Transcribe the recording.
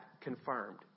confirmed